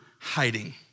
hiding